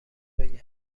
بگم